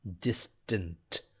Distant